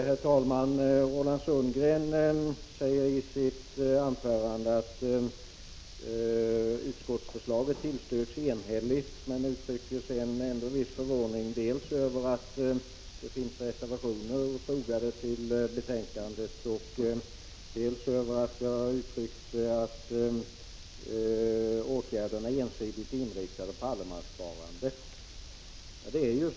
Herr talman! Roland Sundgren sade att regeringsförslaget tillstyrks enhälligt, och sedan uttryckte han en viss förvåning dels över att det finns reservationer fogade till betänkandet, dels över att jag framhöll att åtgärderna är ensidigt inriktade på allemanssparandet.